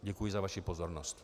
Děkuji za vaši pozornost.